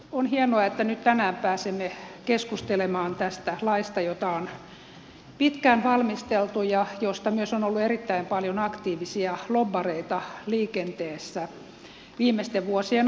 on hienoa että nyt tänään pääsemme keskustelemaan tästä laista jota on pitkään valmisteltu ja johon liittyen myös on ollut erittäin paljon aktiivisia lobbareita liikenteessä viimeisten vuosien aikana